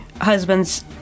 husband's